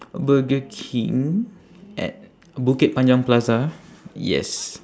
burger king at bukit panjang plaza yes